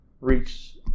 reach